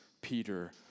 Peter